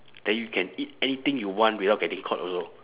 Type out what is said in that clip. then you can eat anything you want without getting caught also